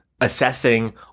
assessing